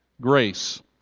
Grace